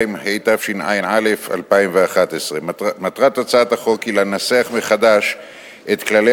התשע"א 2011. מטרת הצעת החוק היא לנסח מחדש את כללי